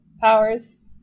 powers